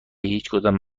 هیچکدام